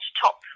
top